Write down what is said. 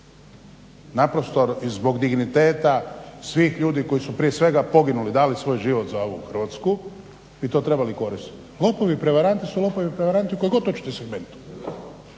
naprosto zbog digniteta svih ljudi koji su prije svega poginuli, dali svoj život za ovu Hrvatsku bi to trebali koristit. Lopovi i prevaranti su lopovi i prevaranti u kojem god hoćete segmentu